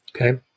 Okay